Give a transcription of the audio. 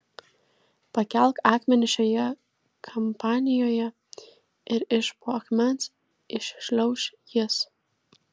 pakelk akmenį šioje kampanijoje ir iš po akmens iššliauš jis